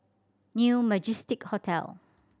New Majestic Hotel